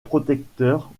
protecteurs